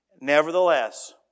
Nevertheless